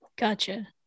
Gotcha